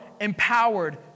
empowered